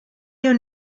your